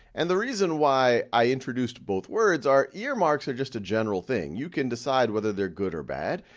and the reason why i introduced both words are earmarks are just a general thing. you can decide whether they're good or bad.